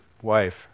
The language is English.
wife